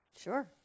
Sure